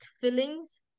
fillings